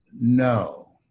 no